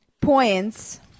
points